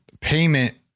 payment